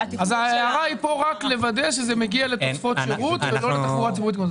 אז ההערה פה היא רק לוודא שזה מגיע לתוספות שירות בתחבורה הציבורית.